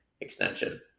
extension